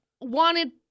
Wanted